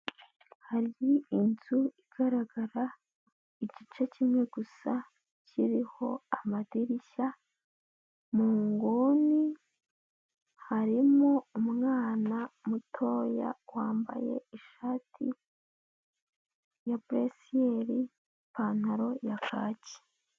Hari inzu igaragara igice kimwe gusa kiriho amadirishya, mu nguni harimo umwana mutoya wambaye ishati ya buresiyeri ipantaro ya kaki.